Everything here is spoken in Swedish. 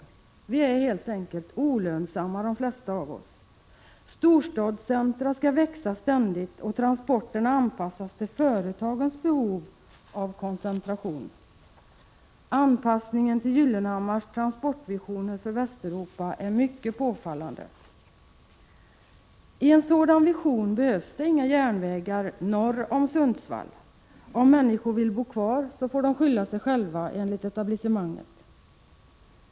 De flesta av oss är helt enkelt olönsamma. Storstadscentra skall ständigt växa och transporterna anpassas till företagens behov av koncentration. Anpassning — Prot. 1986/87:113 en till Gyllenhammars transportvisioner för Västeuropa är mycket påfal 29 april 1987 lande. ET KS I en sådan vision behövs det inga järnvägar norr om Sundsvall — om Järnvägspolitiken människorna vill bo kvar får de skylla sig själva, enligt etablissemanget.